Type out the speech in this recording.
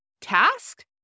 task